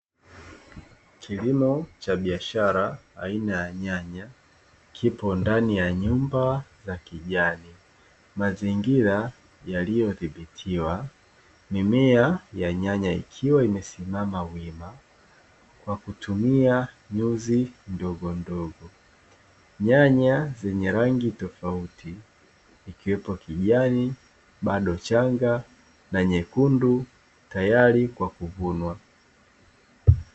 Kilimo cha biashara aina ya nyanya kipo ndani ya nyumba